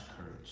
courage